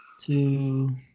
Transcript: two